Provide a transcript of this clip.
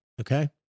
okay